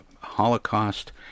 Holocaust